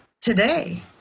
today